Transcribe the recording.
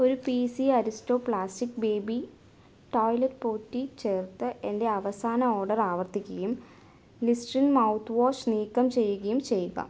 ഒരു P C Aristo plastic baby toilet potty ചേർത്ത് എന്റെ അവസാന ഓർഡർ ആവർത്തിക്കുകയും ലിസ്റ്ററിൻ മൗത്ത് വാഷ് നീക്കം ചെയ്യുകയും ചെയ്യുക